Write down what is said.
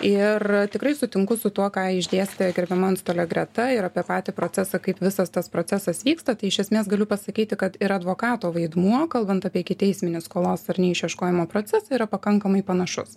ir tikrai sutinku su tuo ką išdėstė gerbiama antstolė greta ir apie patį procesą kaip visas tas procesas vyksta tai iš esmės galiu pasakyti kad ir advokato vaidmuo kalbant apie ikiteisminį skolos ar ne išieškojimo procesą yra pakankamai panašus